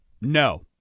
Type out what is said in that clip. no